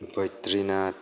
Badrinath